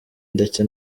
ndetse